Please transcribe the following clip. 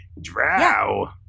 Drow